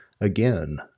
again